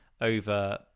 over